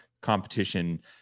competition